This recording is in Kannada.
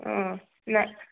ಹ್ಞೂ ನ